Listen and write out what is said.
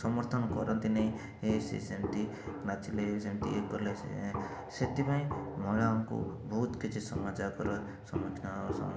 ସମର୍ଥନ କରନ୍ତି ନାହିଁ ହେ ସିଏ ସେମତି ନାଚିଲେ ସେମତି ଇଏ କଲେ ସେଥିପାଇଁ ମହିଳାଙ୍କୁ ବହୁତ କିଛି ସମାଜ ଆଗରେ ସମ୍ମୁଖୀନ